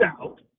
out